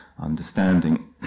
understanding